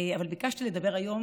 כמובן, אבל ביקשתי לדבר היום